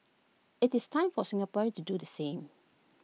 IT is time for Singaporeans to do the same